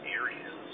areas